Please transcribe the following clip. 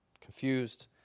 confused